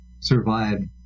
survived